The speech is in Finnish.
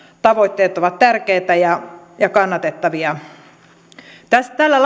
tavoitteet ovat tärkeitä ja ja kannatettavia tällä